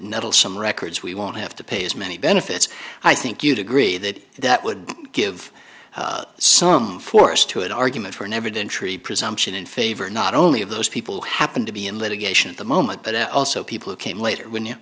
nettle some records we won't have to pay as many benefits i think you'd agree that that would give some force to an argument for never been treated presumption in favor not only of those people happened to be in litigation at the moment but also people who came later when